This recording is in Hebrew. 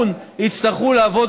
יצטרכו להביא תיקון,